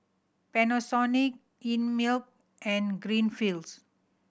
Panasonic Einmilk and Greenfields